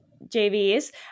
JVs